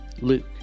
Luke